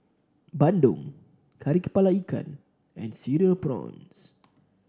Bandung Kari kepala Ikan and Cereal Prawns